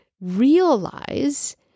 realize